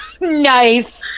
Nice